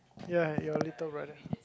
ya your little brother